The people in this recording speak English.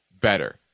better